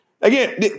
Again